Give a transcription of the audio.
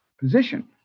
position